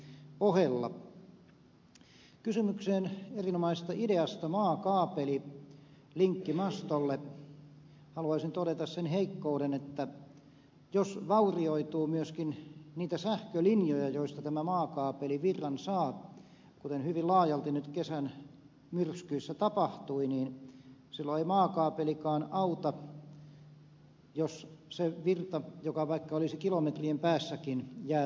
erinomaisesta ideasta maakaapeli linkkimastolle kysymyksestä haluaisin todeta sen heikkouden että jos vaurioituu myöskin niitä sähkölinjoja joista tämä maakaapeli saa virran kuten hyvin laajalti nyt kesän myrskyissä tapahtui niin silloin ei maakaapelikaan auta jos se virta joka olisi vaikka kilometrien päässäkin jää tulematta